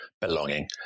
belonging